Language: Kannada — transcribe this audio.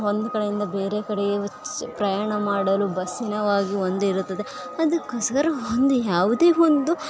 ಒಂದು ಕಡೆಯಿಂದ ಬೇರೆ ಕಡೆಗೆ ಪ್ರಯಾಣ ಮಾಡಲು ಬಸ್ಸಿನವಾಗಿ ಒಂದು ಇರುತ್ತದೆ ಅದಕ್ಕೋಸ್ಕರ ಒಂದು ಯಾವುದೇ ಒಂದು